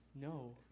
No